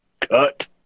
Cut